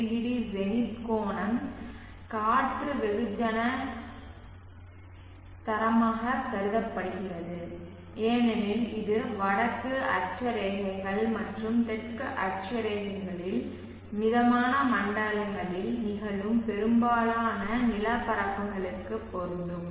20 zenith கோணம் காற்று வெகுஜன தரமாக கருதப்படுகிறது ஏனெனில் இது வடக்கு அட்சரேகைகள் மற்றும் தெற்கு அட்சரேகைகளில் மிதமான மண்டலங்களில் நிகழும் பெரும்பாலான நிலப்பரப்புகளுக்கு பொருந்தும்